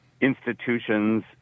institutions